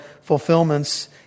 fulfillments